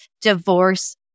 Divorce